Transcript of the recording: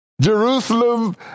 Jerusalem